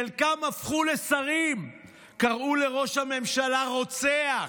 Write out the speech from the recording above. חלקם הפכו לשרים, קראו לראש הממשלה "רוצח"?